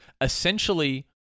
essentially